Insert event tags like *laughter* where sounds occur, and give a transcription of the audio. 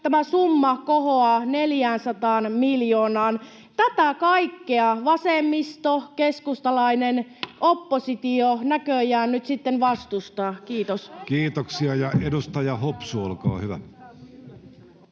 tämä summa kohoaa 400 miljoonaan. *noise* Tätä kaikkea vasemmistokeskustalainen oppositio näköjään nyt sitten vastustaa. — Kiitos. Kiitoksia. — Edustaja Hopsu, olkaa hyvä.